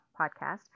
podcast